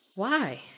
Why